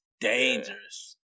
Dangerous